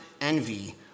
envy